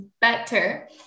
better